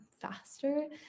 faster